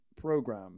program